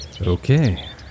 Okay